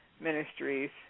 Ministries